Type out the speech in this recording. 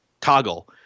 toggle